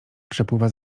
przepływa